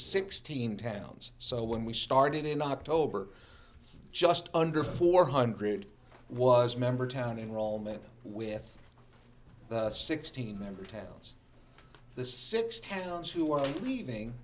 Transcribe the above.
sixteen towns so when we started in october just under four hundred was member town enroll member with sixteen member towns the six towns who are leaving